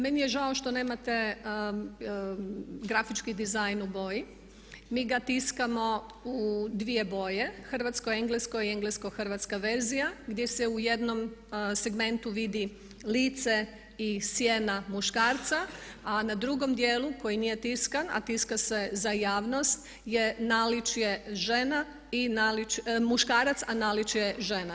Meni je žao što nemate grafički dizajn u boji, mi ga tiskamo u dvije boje hrvatsko-englesko i englesko-hrvatska verzija gdje se u jednom segmentu vidi lice i sjena muškarca, a na drugom dijelu koji nije tiskan, a tiska se za javnost je muškarac, a naličje žena.